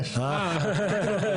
לכמה אמירות שנאמרו פה.